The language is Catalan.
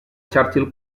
churchill